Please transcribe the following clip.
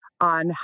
on